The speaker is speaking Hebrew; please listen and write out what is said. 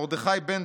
מרדכי בנטוב,